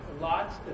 lots